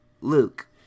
luke